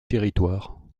territoire